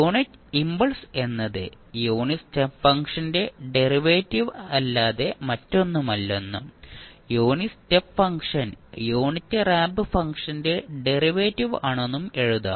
unit impulse എന്നത് unit step ഫംഗ്ഷന്റെ derivative അല്ലാതെ മറ്റൊന്നുമല്ലെന്നും unit step function unit ramp ഫംഗ്ഷന്റെ ഡെറിവേറ്റീവ് ആണെന്നും എഴുതാം